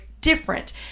different